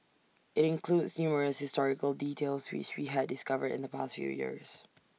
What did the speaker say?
IT includes numerous historical details which we had discovered in the past few years